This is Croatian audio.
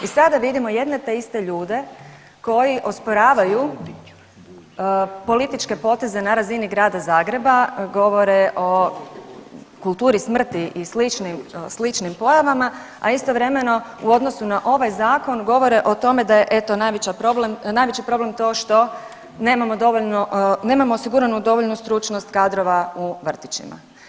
I sada vidimo jedne te iste ljude koji osporavaju političke poteze na razini Grada Zagreba, govore o kulturi smrti i sličnim pojavama, a istovremeno u odnosu na ovaj zakon govore o tome da je eto najveća problem, najveći problem to što nemamo dovoljno, nemamo osiguranu dovoljnu stručnost kadrova u vrtićima.